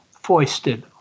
foisted